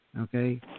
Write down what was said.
Okay